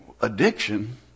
addiction